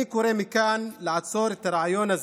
אני קורא מכאן לעצור את הרעיון הזה,